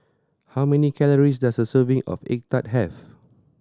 how many calories does a serving of egg tart have